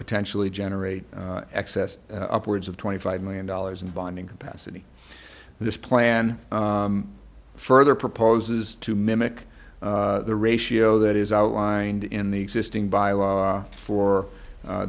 potentially generate excess upwards of twenty five million dollars and bonding capacity this plan further proposes to mimic the ratio that is outlined in the existing by law for